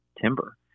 timber